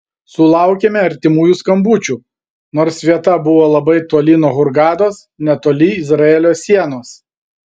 sulaukėme artimųjų skambučių nors vieta buvo labai toli nuo hurgados netoli izraelio sienos